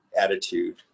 attitude